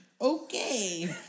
Okay